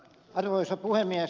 arvoisa puhemies